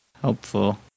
Helpful